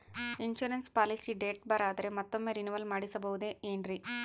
Insurance policy date ಬಾರ್ ಆದರೆ ಮತ್ತೊಮ್ಮೆ ರಿನಿವಲ್ ಮಾಡಿಸಬಹುದೇ ಏನ್ರಿ?